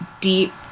deep